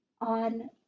on